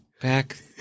back